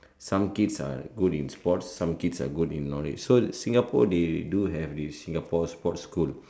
some kids are good in sports some kids are good in knowledge so Singapore they do have this Singapore sports school